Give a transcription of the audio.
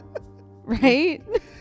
Right